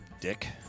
Dick